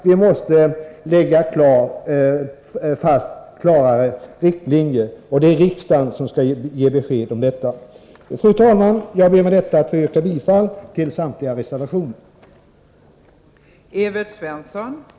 Vi måste lägga fast klarare riktlinjer, och det är riksdagen som skall ge besked på dessa punkter. Fru talman! Jag ber att med det anförda få yrka bifall till samtliga reservationer i detta betänkande.